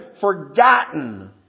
forgotten